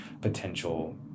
potential